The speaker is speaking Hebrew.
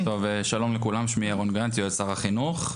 שלום לכולם שמי ירון גנץ יועץ שר החינוך,